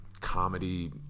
comedy